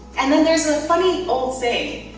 and then, there's a funny old saying,